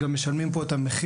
גם משלמים פה את המחיר,